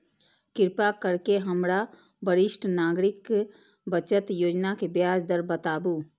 कृपा करके हमरा वरिष्ठ नागरिक बचत योजना के ब्याज दर बताबू